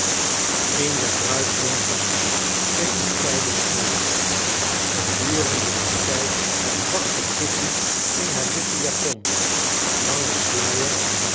een der bruidsjonkers ging op tijding uit gedurende dien tijd wachtte kitty in haar witte japon langen sluier